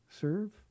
serve